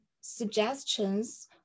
suggestions